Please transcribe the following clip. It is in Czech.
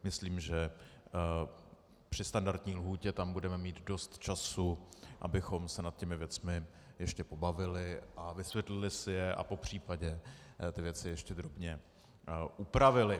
Myslím, že při standardní lhůtě tam budeme mít dost času, abychom se nad těmi věcmi ještě pobavili a vysvětlili si je a popřípadě ty věci ještě drobně upravili.